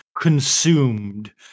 consumed